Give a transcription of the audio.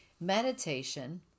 Meditation